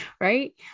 right